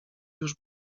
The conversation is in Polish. już